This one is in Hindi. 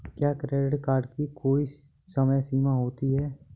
क्या क्रेडिट कार्ड की कोई समय सीमा होती है?